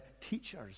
teachers